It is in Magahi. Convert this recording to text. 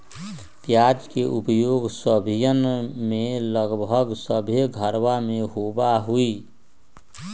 प्याज के उपयोग सब्जीयन में लगभग सभ्भे घरवा में होबा हई